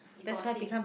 you gossip